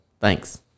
Thanks